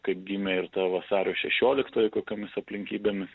kaip gimė ir ta vasario šešioliktoji kokiomis aplinkybėmis